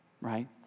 Right